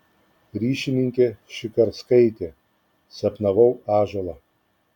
ryšininkė šikarskaitė sapnavau ąžuolą